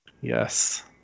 Yes